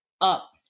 up